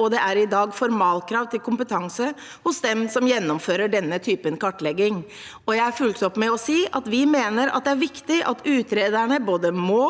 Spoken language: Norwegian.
og at det i dag er formalkrav om kompetanse hos dem som gjennomfører denne typen kartlegging. Jeg fulgte opp med å si at vi mener det er viktig at utrederne både må,